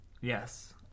Yes